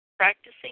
Practicing